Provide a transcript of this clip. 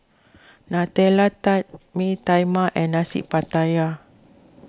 Nutella Tart Mee Tai Mak and Nasi Pattaya